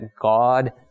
God